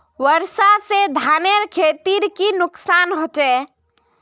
वर्षा से धानेर खेतीर की नुकसान होचे?